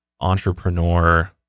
entrepreneur